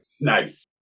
nice